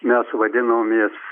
mes vadinomės